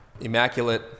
Immaculate